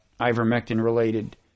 ivermectin-related